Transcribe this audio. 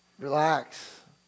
Relax